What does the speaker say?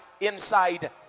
inside